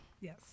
Yes